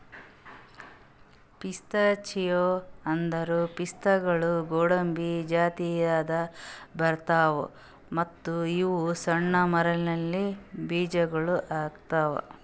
pistachio ಅಂದುರ್ ಪಿಸ್ತಾಗೊಳ್ ಗೋಡಂಬಿ ಜಾತಿದಿಂದ್ ಬರ್ತಾವ್ ಮತ್ತ ಇವು ಸಣ್ಣ ಮರಲಿಂತ್ ಬೀಜಗೊಳ್ ಆತವ್